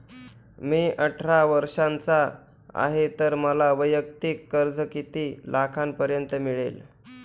मी अठरा वर्षांचा आहे तर मला वैयक्तिक कर्ज किती लाखांपर्यंत मिळेल?